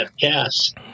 cast